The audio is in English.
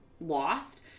lost